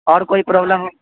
اور کوئی پرابلم ہو